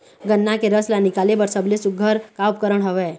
गन्ना के रस ला निकाले बर सबले सुघ्घर का उपकरण हवए?